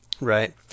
Right